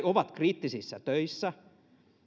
ovat kriittisissä töissä